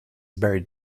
buried